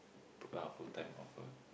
about full time offer